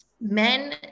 men